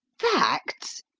facts?